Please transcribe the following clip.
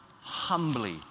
humbly